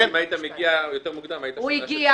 אני חושב שאם היית מגיע יותר מוקדם היית שומע --- הוא הגיע.